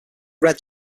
red